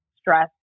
stress